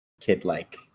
kid-like